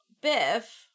Biff